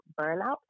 burnout